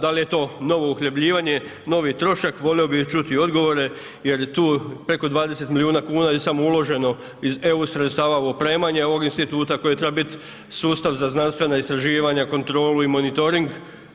Da li je to novo uhljebljivanje, novi trošak, volio bih čuti odgovore jer tu preko 20 milijuna kuna je samo uloženo iz EU sredstava u opremanje ovog instituta koji treba biti sustav za znanstvena istraživanja, kontrolu i monitoring.